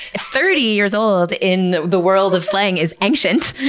thirty years old in the world of slang is ancient.